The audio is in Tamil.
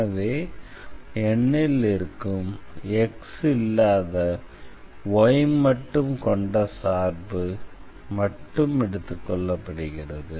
ஆகவே N ல் இருக்கும் x இல்லாத y மட்டும் கொண்ட சார்பு மட்டும் எடுத்துக்கொள்ளப்படுகிறது